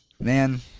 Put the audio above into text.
man